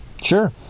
sure